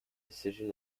decision